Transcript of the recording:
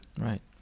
Right